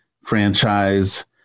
franchise